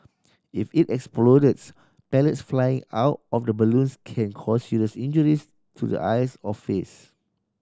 if it explodes pellets flying out of the balloons can cause serious injuries to the eyes or face